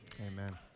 Amen